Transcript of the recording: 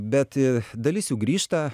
bet dalis jų grįžta